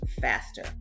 faster